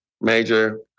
major